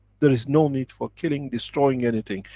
there is no need for killing, destroying anything.